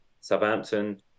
Southampton